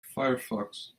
firefox